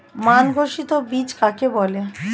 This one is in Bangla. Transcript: মান ঘোষিত বীজ কাকে বলে?